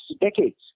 decades